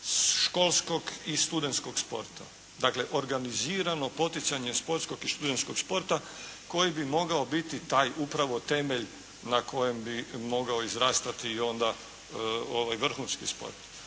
školskog i studentskog sporta, dakle organizirano poticanje školskog i studentskog sporta koji bi mogao biti taj upravo temelj na kojem bi mogao izrastati onda vrhunski sport.